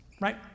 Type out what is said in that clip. right